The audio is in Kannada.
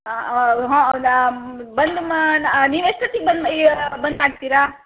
ಹಾಂ ಹಾಂ ಹಾಂ ಹೌದಾ ಬಂದ್ ಮಾ ನೀವು ಎಷ್ಟೊತ್ತಿಗೆ ಬಂದ್ ಬಂದ್ ಮಾಡ್ತೀರಾ